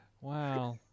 Wow